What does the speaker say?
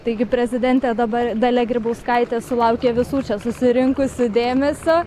taigi prezidentė dabar dalia grybauskaitė sulaukė visų čia susirinkusių dėmesio